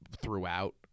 throughout